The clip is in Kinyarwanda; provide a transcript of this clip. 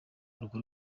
urwo